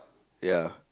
ya